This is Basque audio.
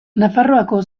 nafarroako